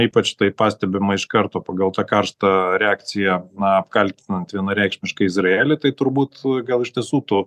ypač tai pastebima iš karto pagal tą karštą reakciją na apkaltinant vienareikšmiškai izraelį tai turbūt gal iš tiesų tų